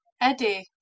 Eddie